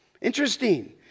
Interesting